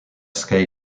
scale